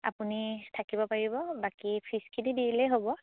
আপুনি থাকিব পাৰিব বাকী ফিজখিনি দিলেই হ'ব